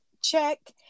check